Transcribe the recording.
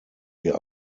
wir